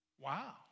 Wow